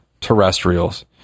terrestrials